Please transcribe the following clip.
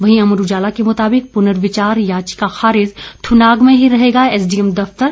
वहीं अमर उजाला के मुताबिक पुर्नविचार याचिका खारिज थुनाग में ही रहेगा एसडीएम दफतर